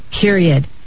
period